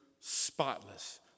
spotless